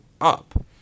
up